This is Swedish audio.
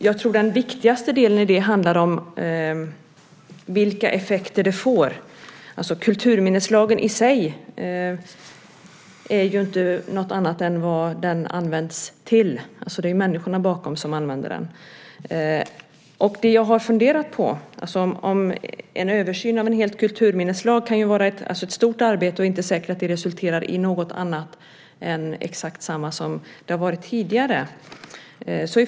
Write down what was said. Jag tror att den viktigaste delen i det handlar om vilka effekter det får. Kulturminneslagen i sig är ju inte något annat än vad den används till. Det avgörande är människorna bakom som använder den. Det jag har funderat på är detta: En översyn av en hel kulturminneslag kan ju vara ett stort arbete, och det är inte säkert att den resulterar i något annat än exakt samma förhållanden som de som rått tidigare.